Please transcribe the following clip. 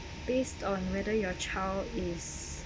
based on whether your child is